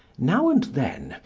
now and then,